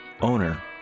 owner